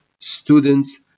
students